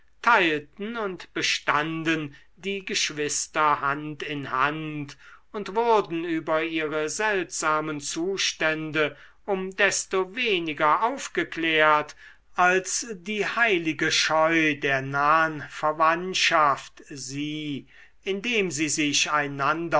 teilten und bestanden die geschwister hand in hand und wurden über ihre seltsamen zustände um desto weniger aufgeklärt als die heilige scheu der nahen verwandtschaft sie indem sie sich einander